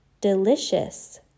delicious